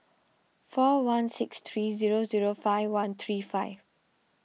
four one six three zero zero five one three five